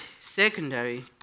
secondary